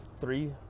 three